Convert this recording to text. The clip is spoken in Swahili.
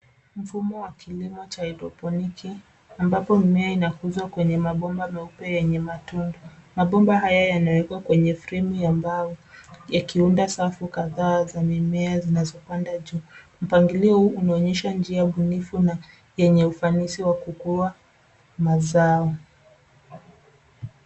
Mfumo wa kilimo cha haidroponiki, ambapo mimea inakuzwa kwenye mabomba meupe yenye matundu. Mabomba haya yanawekwa kwenye fremu ya mbao, yakiunda safu kadhaa, za mimea zinazopanda juu. Mpangilio huu unaonyesha njia ubunifu na yenye ufanisi wa kukua mazao.